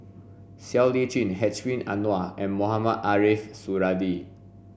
Siow Lee Chin Hedwig Anuar and Mohamed Ariff Suradi